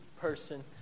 person